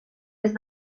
est